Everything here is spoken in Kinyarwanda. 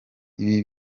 ibi